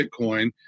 Bitcoin